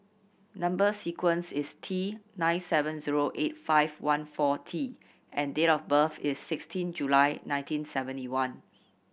number sequence is T nine seven zero eight five one four T and date of birth is sixteen July nineteen seventy one